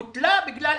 בוטלה בגלל